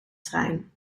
trein